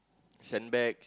sandbags